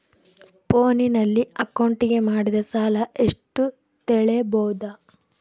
ಫೋನಿನಲ್ಲಿ ಅಕೌಂಟಿಗೆ ಮಾಡಿದ ಸಾಲ ಎಷ್ಟು ತಿಳೇಬೋದ?